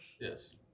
Yes